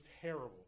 terrible